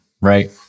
right